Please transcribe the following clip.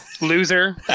loser